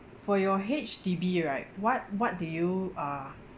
for your H_D_B right what what do you uh